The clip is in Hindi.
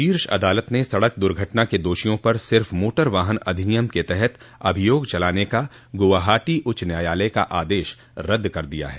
शीर्ष अदालत ने सड़क दुर्घटना के दोषियों पर सिफ मोटर वाहन अधिनियम के तहत अभियोग चलाने का गुवाहाटो उच्च न्यायालय का आदेश रद्द कर दिया है